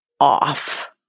off